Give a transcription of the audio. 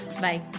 Bye